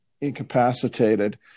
incapacitated